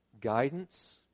guidance